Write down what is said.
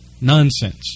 Nonsense